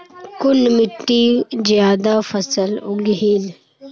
कुन मिट्टी ज्यादा फसल उगहिल?